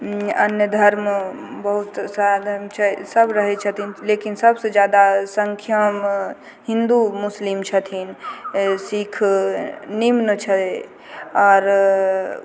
अन्य धर्म बहुत काल छै सब रहै छै सब रहै छथिन लेकिन सबसे जादा संख्यामे हिन्दू मुस्लिम छथिन सिक्ख निम्न छै आर